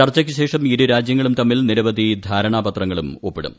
ചർച്ചയ്ക്ക് ശേഷം ഇരുരാജ്യങ്ങളും തമ്മിൽ നിരവധി ധാരണാപത്രങ്ങളും ഒപ്പിടും